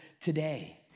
today